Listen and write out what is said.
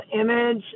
image